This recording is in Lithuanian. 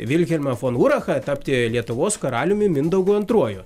vilhelmą fon urachą tapti lietuvos karaliumi mindaugu antruoju